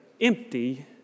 empty